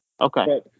Okay